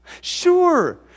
Sure